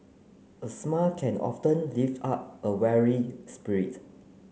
a smile can often lift up a weary spirit